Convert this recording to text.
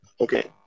okay